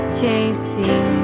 chasing